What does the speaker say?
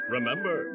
Remember